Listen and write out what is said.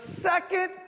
second